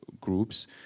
groups